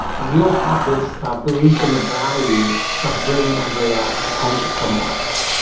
and we all have this belief in the value of bringing android apps on to chrome os.